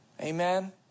Amen